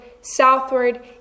southward